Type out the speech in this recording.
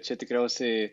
čia tikriausiai